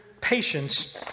patience